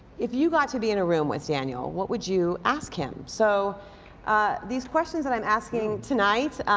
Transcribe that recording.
if you got to be in a room with daniel, what would you ask him? so these questions that i'm asking tonight,